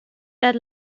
that